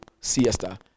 siesta